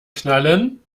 knallen